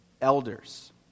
elders